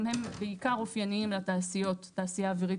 גם הם בעיקר אופייניים לתעשיות: תעשייה אווירית,